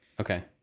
Okay